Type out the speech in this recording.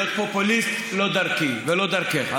תקשיבי, להיות פופוליסט, לא דרכי ולא דרכך.